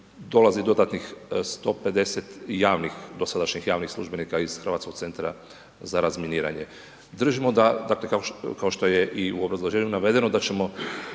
dolazi dodatnih 150 javnih, dosadašnjih javnih službenika iz Hrvatskog centra za razminiranje. Držimo da, dakle kao što je i u obrazloženju navedeno da ćemo